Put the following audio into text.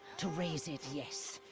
to raise it, yes.